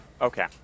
okay